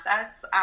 assets